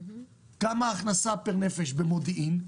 כמה הכנסה פר נפש במודיעין,